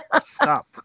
Stop